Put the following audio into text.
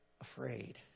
afraid